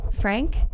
Frank